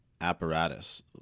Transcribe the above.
apparatus